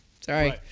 sorry